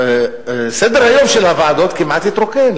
שסדר-היום של הוועדות כמעט התרוקן,